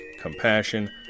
compassion